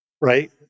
right